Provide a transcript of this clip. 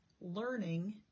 Learning